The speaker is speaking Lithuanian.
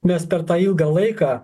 mes per tą ilgą laiką